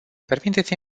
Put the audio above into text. permiteți